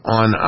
on